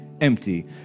empty